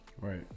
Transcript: Right